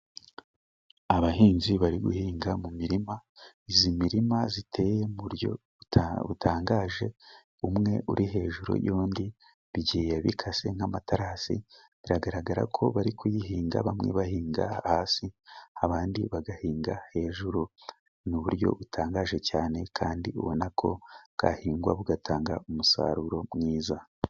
Abahinzi bari guhinga mu mirima，iyi mirima iteye mu buryo butangaje，umwe uri hejuru y'undi，bigiye bikase nk'amaterasi，biragaragara ko bari kuyihinga， bamwe bahinga hasi abandi bagahinga hejuru，ni uburyo butangaje cyane， kandi ubona ko bwahingwa bugatanga umusaruro mwiza.